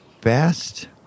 best